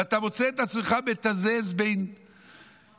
ואתה מוצא את עצמך מתזז בין סיבות